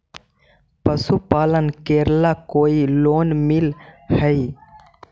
पशुपालन करेला कोई लोन मिल हइ?